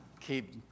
keep